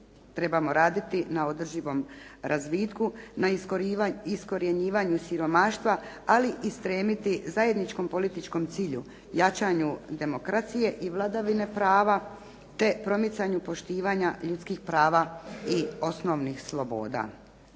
Trebamo raditi na održivom razvitku, na iskorjenjivanju siromaštva, ali i stremiti zajedničkom političkom cilju: jačanju demokracije i vladavine prava te promicanju poštivanja ljudskih prava i osnovnih sloboda.